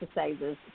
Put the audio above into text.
exercises